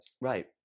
Right